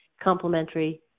complementary